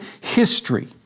history